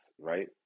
right